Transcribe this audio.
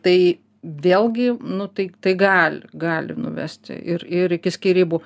tai vėlgi nu tai tai gali gali nuvest ir ir iki skyrybų